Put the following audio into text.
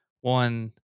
one